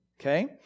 Okay